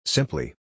Simply